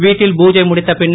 வீட்டில் புஜை முடிந்த பின்னர்